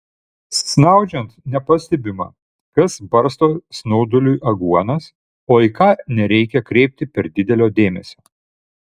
snaudžiant nepastebima kas barsto snauduliui aguonas o į ką nereikia kreipti per didelio dėmesio